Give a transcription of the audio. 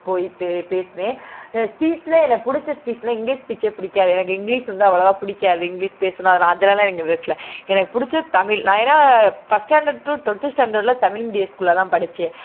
போய் பேசுவேன் ஸ்பீச்சில் எனக்கு பிடிச்ச ஸ்பீச்சில் இங்கிலீஷ் ஸ்பீச்சே பிடிக்காது எனக்கு இங்கிலீஷ் வந்து அவ்வளோவா பிடிக்காது இங்கிலீஷ் பேசினா நான் அதனால இங்கே பேசலை எனக்கு பிடிச்சது தமிழ் நான் ஏன்னா ஃபர்ஸ்ட் ஸ்டாண்டர்ட் டு டுவல்த்து ஸ்டாண்டர்டில் தமிழ் மீடியம் ஸ்கூலில் தான் படித்தேன்